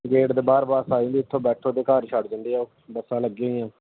gate ਦੇ ਬਾਹਰ bus ਆ ਜਾਂਦੀ ਇੱਥੋਂ ਬੈਠੋ ਅਤੇ ਘਰ ਛੱਡ ਦਿੰਦੇ ਆ ਉਹ ਬੱਸਾਂ ਲੱਗੀਆਂ ਹੋਈਆਂ